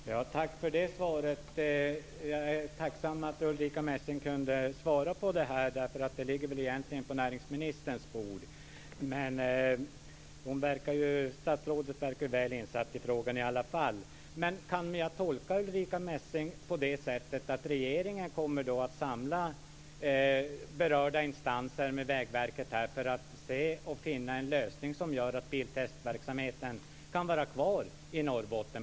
Fru talman! Tack för svaret. Jag är tacksam att Ulrica Messing kunde svara på frågan. Den ligger väl egentligen på näringsministerns bord, men statsrådet verkar väl insatt i frågan. Kan jag tolka Ulrica Messing så att regeringen kommer att samla berörda instanser, bl.a. Vägverket, för att finna en lösning som gör att biltestverksamheten kan vara kvar i Norrbotten?